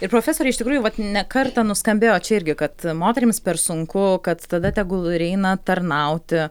ir profesore iš tikrųjų vat ne kartą nuskambėjo čia irgi kad moterims per sunku kad tada tegul ir eina tarnauti